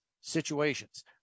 situations